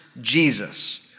Jesus